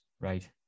right